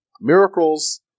miracles